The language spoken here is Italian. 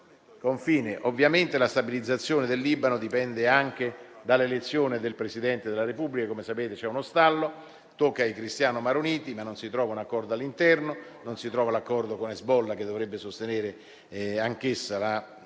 confine. Ovviamente la stabilizzazione del Libano dipende anche dall'elezione del Presidente della Repubblica. Come sapete, c'è uno stallo. Tocca ai cristiano-maroniti, ma non si trova un accordo all'interno; non si trova l'accordo con Hezbollah, che dovrebbe sostenere anch'essa il